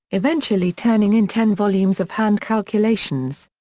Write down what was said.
eventually turning in ten volumes of hand calculations.